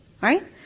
Right